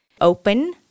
open